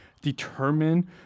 determine